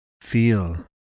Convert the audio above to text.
feel